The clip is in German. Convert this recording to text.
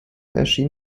erschien